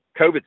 COVID